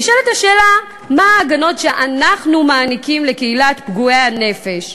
נשאלת השאלה מה ההגנות שאנחנו מעניקים לקהילת פגועי הנפש.